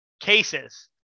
cases